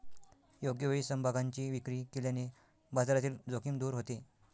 योग्य वेळी समभागांची विक्री केल्याने बाजारातील जोखीम दूर होते